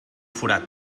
forat